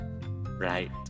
Right